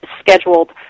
scheduled